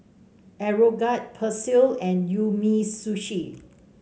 Aeroguard Persil and Umisushi